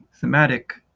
thematic